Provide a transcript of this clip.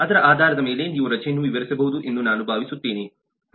ಅದರ ಆಧಾರದ ಮೇಲೆ ನೀವು ರಜೆಯನ್ನು ವಿವರಿಸಬಹುದು ಎಂದು ನಾನು ಭಾವಿಸುತ್ತೇನೆ